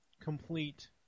complete